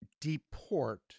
deport